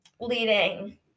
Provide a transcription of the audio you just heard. leading